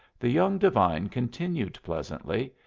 the young divine continued, pleasantly.